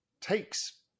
takes